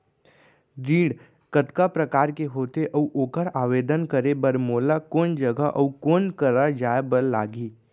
ऋण कतका प्रकार के होथे अऊ ओखर आवेदन करे बर मोला कोन जगह अऊ कोन करा जाए बर लागही?